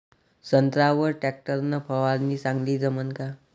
संत्र्यावर वर टॅक्टर न फवारनी चांगली जमन का?